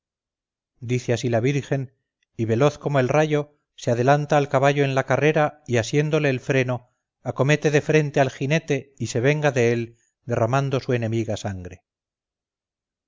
dice así la virgen y veloz como el rayo se adelanta al caballo en la carrera y asiéndole el freno acomete de frente al jinete y se venga de él derramando su enemiga sangre